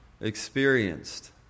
experienced